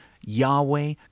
Yahweh